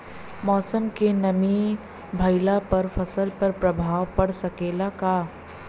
मौसम में नमी भइला पर फसल पर प्रभाव पड़ सकेला का?